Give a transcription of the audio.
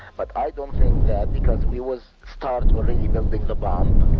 but i don't think that, because we was start already building the bomb.